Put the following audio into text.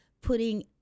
putting